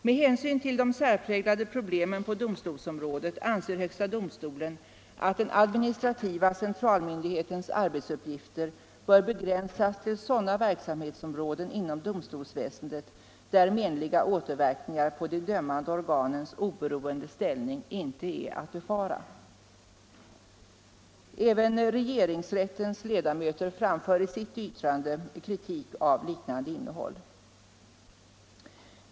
Med hänsyn till de särpräglade problemen på domstolsområdet anser högsta domstolen att den administrativa centralmyndighetens arbetsuppgifter bör begränsas till sådana verksamhetsområden inom domstolsväsendet där menliga återverkningar på de dömande organens oberoende ställning ej är att befara. Även regeringsrättens ledamöter framför i sitt yttrande kritik av liknande innehåll.